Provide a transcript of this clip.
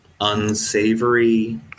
unsavory